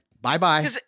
bye-bye